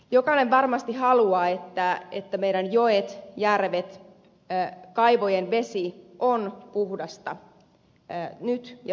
jokainen varmasti haluaa että meidän joet järvet kaivojen vesi ovat puhtaita nyt ja tulevaisuudessa